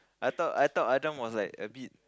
I thought I thought Adam was like a bit